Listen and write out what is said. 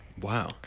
Wow